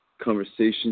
conversation